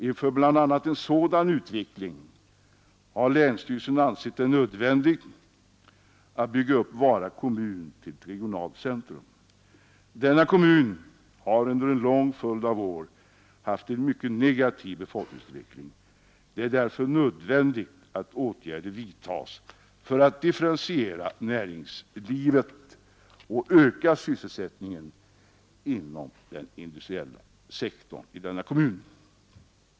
Inför bl.a. en sådan utveckling har länsstyrelsen ansett det nödvändigt att bygga upp Vara kommun till ett regionalt centrum. Denna kommun har under en lång följd av år haft en mycket negativ befolkningsutveckling. Det är därför nödvändigt att åtgärder vidtages för att differentiera näringslivet och öka sysselsättningen inom den industriella sektorn i denna kommun.